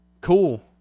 cool